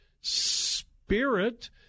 spirit